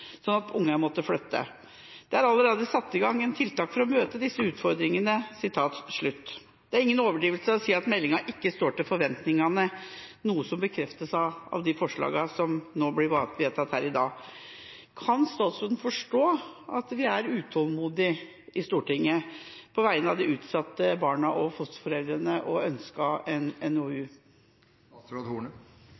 sånn at barnet måtte flytte. Og: «Det var allerede satt i gang en rekke tiltak for å møte disse utfordringene.» Det er ingen overdrivelse å si at meldinga ikke står til forventningene, noe som bekreftes av de forsalgene som nå blir vedtatt her i dag. Kan statsråden forstå at vi i Stortinget er utålmodig på vegne av de utsatte barna og fosterforeldrene, og at vi ønsker en NOU?